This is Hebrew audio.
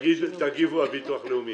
תגיבו, הביטוח הלאומי.